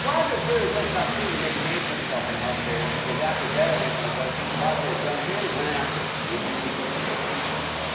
blasio clearly said it's an opportunity to make a name for himself on the healthcare issue, because after beto answered the question, de blasio jumped in and went after him. would you replace private insurance?